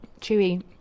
chewy